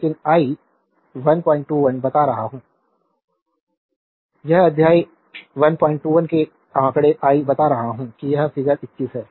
slide time देखें 1041 यह अध्याय 121 के आंकड़े आई बता रहा हूं कि यह फिगर 21 है